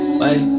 wait